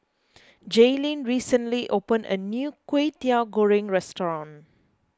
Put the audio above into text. Jaelynn recently opened a new Kway Teow Goreng restaurant